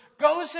goes